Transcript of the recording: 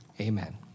Amen